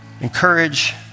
encourage